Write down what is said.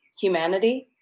humanity